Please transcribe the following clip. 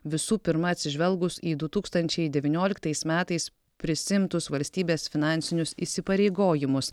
visų pirma atsižvelgus į du tūkstančiai devynioliktais metais prisiimtus valstybės finansinius įsipareigojimus